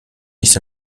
nicht